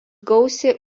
gausiai